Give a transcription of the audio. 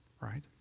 right